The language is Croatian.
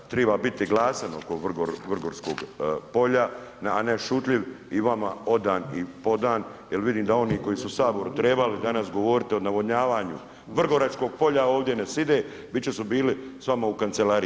Treba biti glasan oko Vrgorskog polja a ne šutljiv i vama odan i podan jer vidim da oni koji su u Saboru trebali danas govoriti o navodnjavanju Vrgoračkog polja ovdje ne sjede, bit'će su bili s vama u kancelariji.